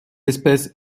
espèce